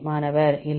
மாணவர் இல்லை